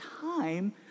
time